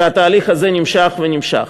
והתהליך הזה נמשך ונמשך.